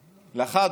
לך,